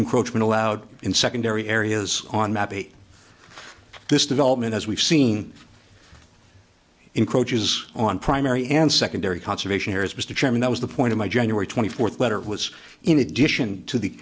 encroachments allowed in secondary areas on mapi this development as we've seen encroaches on primary and secondary conservation areas mr chairman that was the point of my january twenty fourth letter was in addition to the